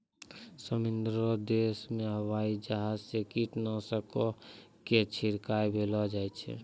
समृद्ध देशो मे हवाई जहाजो से कीटनाशको के छिड़कबैलो जाय छै